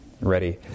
ready